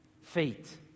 fate